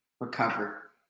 recover